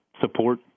support